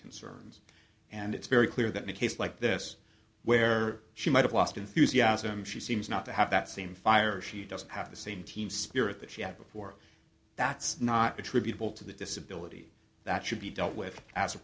concerns and it's very clear that new cases like this where she might have lost enthusiasm she seems not to have that same fire she doesn't have the same team spirit that she had before that's not attributable to the disability that should be dealt with as a